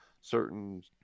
certain